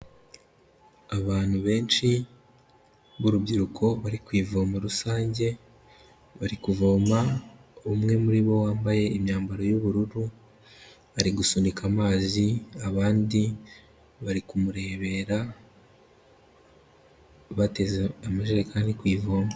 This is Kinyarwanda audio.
Abantu benshi b'urubyiruko bari ku ivomo rusange, bari kuvoma, umwe muri bo wambaye imyambaro y'ubururu, ari gusunika amazi, abandi bari kumurebera, bateze amajerekani ku ivomo.